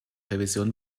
revision